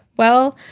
well,